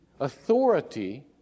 Authority